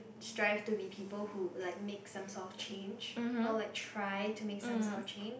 strive to be people who like make some sort of change or like try to make some sort of change